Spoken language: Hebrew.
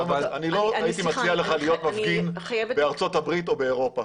לא הייתי מציע לך להיות מפגין בארצות הברית או באירופה.